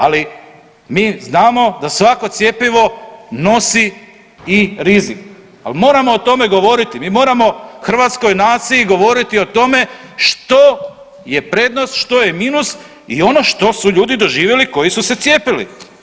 Ali mi znamo da svako cjepivo nosi i rizik, al moramo o tome govoriti, mi moramo hrvatskoj naciji govoriti o tome što je prednost, što je minus i ono što su ljudi doživjeli koji su se cijepili.